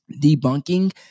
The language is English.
debunking